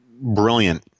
brilliant